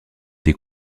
des